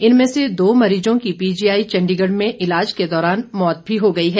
इनमें से दो मरीजों की पीजीआई चण्डीगढ़ में ईलाज के दौरान मौत भी हो गई है